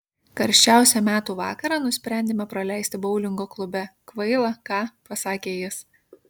karščiausią metų vakarą nusprendėme praleisti boulingo klube kvaila ką pasakė jis